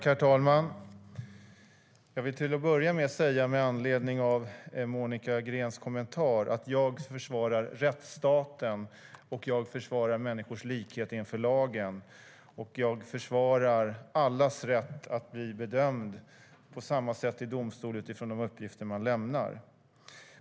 Herr talman! Med anledning av Monica Greens kommentar vill jag till att börja med säga att jag försvarar rättsstaten och människors likhet inför lagen. Jag försvarar allas rätt att bli bedömda på samma sätt i domstol utifrån de uppgifter som man lämnar.